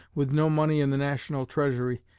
with no money in the national treasury,